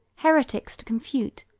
heretics to confute,